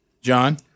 John